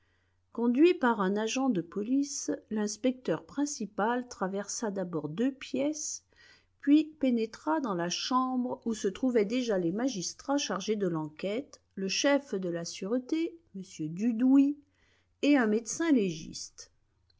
conduit par un agent de police l'inspecteur principal traversa d'abord deux pièces puis pénétra dans la chambre où se trouvaient déjà les magistrats chargés de l'enquête le chef de la sûreté m dudouis et un médecin légiste